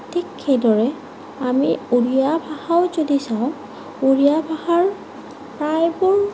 ঠিক সেইদৰে আমি উৰিয়া ভাষাও যদি চাওঁ উৰিয়া ভাষাৰ প্ৰায়বোৰ